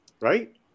Right